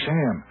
Sam